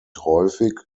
häufig